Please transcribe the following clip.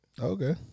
Okay